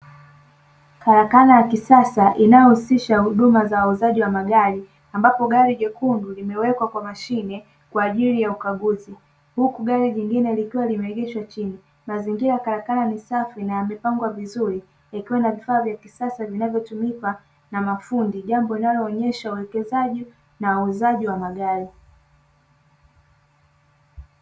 Karakana ya kisasa inayohusisha huduma za uuzaji wa magari ambapo gari jekundu limewekwa kwa mashine kwa ajili ya ukaguzi. Huku gari jingine likiwa limeegeshwa chini. Mazingira ya karakana ni safi na yamepangwa vizuri ikiwa na vifaa vya kisasa vinavyotumikwa na mafundi. Jambo linaloonyesha uwekezaji na uuzaji wa magari.